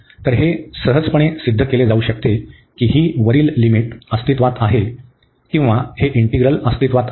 तर हे सहजपणे सिद्ध केले जाऊ शकते की ही वरील लिमिटअस्तित्त्वात आहे किंवा हे इंटीग्रल अस्तित्त्वात आहे